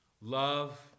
Love